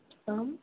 आम्